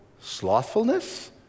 slothfulness